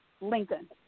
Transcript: Lincoln